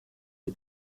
les